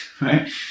right